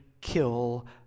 kill